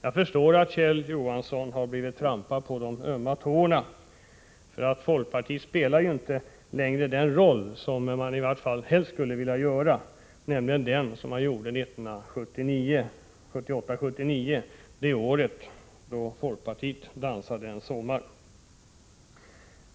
Jag förstår att Kjell Johansson har blivit trampad på de ömma tårna, för folkpartiet spelar ju inte längre den roll som det helst skulle vilja göra, nämligen den roll som det spelade 1978-1979, då folkpartiet ”dansade en sommar”.